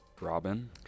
Robin